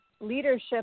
leadership